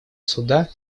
суда